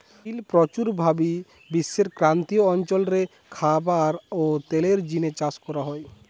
তিল প্রচুর ভাবি বিশ্বের ক্রান্তীয় অঞ্চল রে খাবার ও তেলের জিনে চাষ করা হয়